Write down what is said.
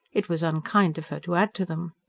it was unkind of her to add to them.